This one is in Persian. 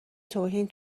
توهین